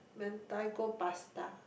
Mentaiko Pasta